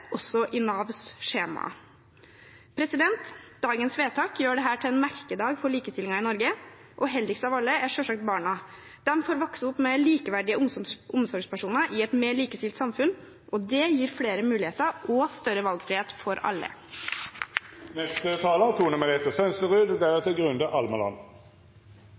også i Navs skjemaer. Dagens vedtak gjør dette til en merkedag for likestillingen i Norge, og heldigst av alle er selvsagt barna. De får vokse opp med likeverdige omsorgspersoner i et mer likestilt samfunn, og det gir flere muligheter og større valgfrihet for alle. La meg først bare si at jeg synes det ble et merkelig replikkordskifte, spesielt med